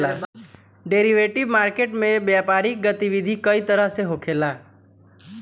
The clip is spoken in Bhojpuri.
डेरिवेटिव मार्केट में व्यापारिक गतिविधि कई तरह से होखेला